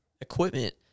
equipment